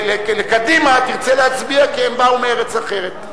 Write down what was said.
ולקדימה תרצה להצביע, כי הם באו מארץ אחרת.